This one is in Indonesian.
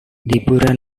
libur